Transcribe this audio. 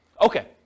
Okay